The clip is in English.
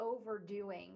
overdoing